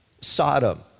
Sodom